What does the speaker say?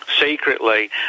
secretly